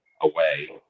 away